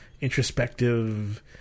introspective